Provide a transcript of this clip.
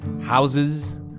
houses